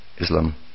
Islam